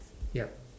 yup